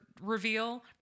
reveal